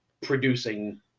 producing